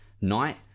night